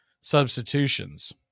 substitutions